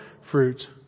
fruit